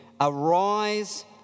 Arise